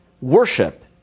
worship